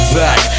back